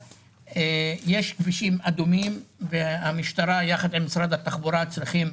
יש כבישים אדומים והמשטרה יחד עם משרד התחבורה צריכים